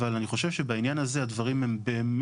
אבל אני חושב שבעניין הזה דברים הם באמת